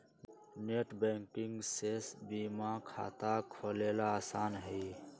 net banking से बीमा खाता खोलेला आसान हई